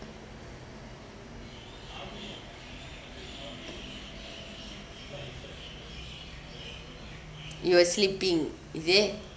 you were sleeping is it